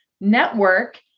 network